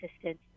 assistance